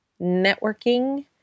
networking